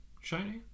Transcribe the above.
shiny